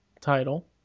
title